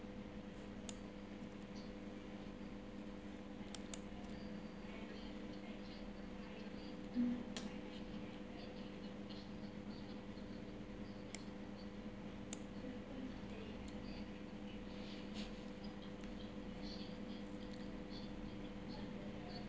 mm